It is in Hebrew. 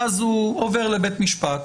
ואז הוא עובר לבית משפט,